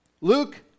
Luke